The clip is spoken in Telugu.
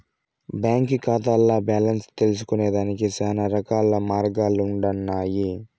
బాంకీ కాతాల్ల బాలెన్స్ తెల్సుకొనేదానికి శానారకాల మార్గాలుండన్నాయి